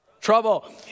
Trouble